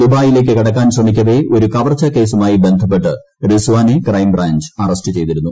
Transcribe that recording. ദുബായിലേക്ക് കടക്കാൻ ശ്രമിക്കവേ ഒരു കവർച്ചാക്കേസുമായി ബന്ധപ്പെട്ട് റിസ്വാനെ ക്രൈംബ്രാഞ്ച് അസ്സ്കൂചെയ്തിരുന്നു